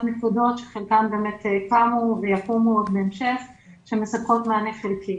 נקודת משטרה בחלקן קמו ויקומו בהמשך והן מספקות מענה חלקי.